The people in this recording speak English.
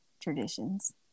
traditions